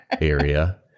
area